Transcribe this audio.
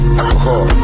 alcohol